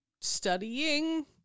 studying